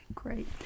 Great